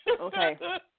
Okay